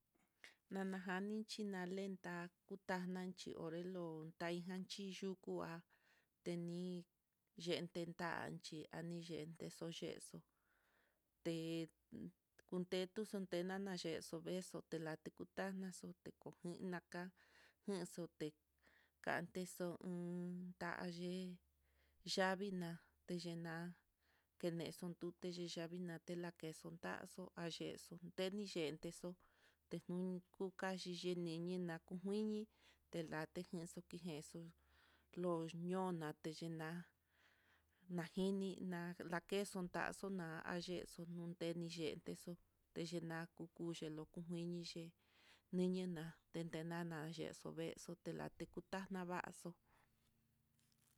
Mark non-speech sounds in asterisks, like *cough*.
Nanajaninchi nalenta kutana chi onrelo, taijan chi yuku uhá tenii yente tanchí, aniyentexo yeexo, te kutetuxo tenana yexo'ó, vexo'o nale kuna tuté koinja yexoté, kanixo u. *hesitation* tayee, yanina teyena'a kene tute yavina tena queso, taxo ayexo teniyente tenun kuka yii nina nakujini, elate n *hesitation* kekenxo lox yona'a telexna lajini la nakexo'o ta'a, xo'o na ayexo yeni yente xo'o, teyina kukuxe loko nguiniye nguininate tenanan yexo veexo, telate kutana ava'axo.